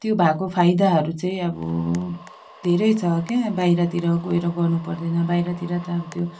त्यो भएको फाइदाहरू चाहिँ अब धेरै छ के बाहिरतिर गएर गर्नु पर्दैन बाहिरतिर त अब त्यो